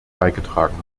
beigetragen